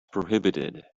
prohibited